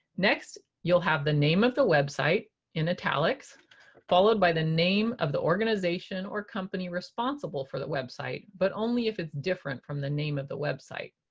next you'll have the name of the website in italics followed by the name of the organization or company responsible for the website, but only if it's different from the name of the website.